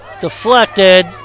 Deflected